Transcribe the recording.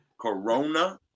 corona